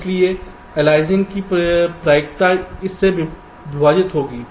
इसलिए अलियासिंग की प्रायिकता इस से विभाजित होगी